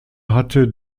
hatte